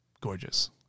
Gorgeous